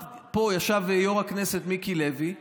ישב פה יו"ר הכנסת מיקי לוי ואמר,